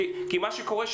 כי מה שקורה,